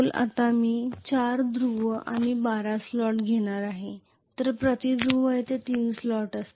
आता मी 4 ध्रुव आणि 12 स्लॉट घेणार आहे तर प्रति ध्रुव येथे 3 स्लॉट असतील